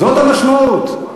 זאת המשמעות.